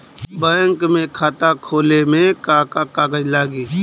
Bank में खाता खोले मे का का कागज लागी?